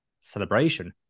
celebration